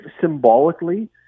symbolically